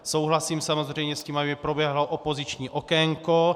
Souhlasím samozřejmě s tím, aby proběhlo opoziční okénko.